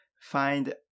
find